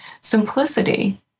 Simplicity